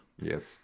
yes